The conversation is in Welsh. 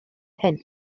hyn